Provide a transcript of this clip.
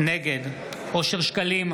נגד אושר שקלים,